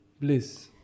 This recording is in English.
bliss